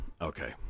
Okay